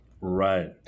right